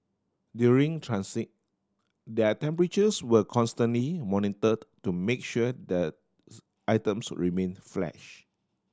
during transit their temperatures were constantly monitored to make sure the items remain flesh